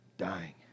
dying